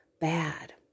bad